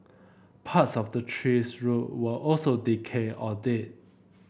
parts of the tree's root were also decayed or dead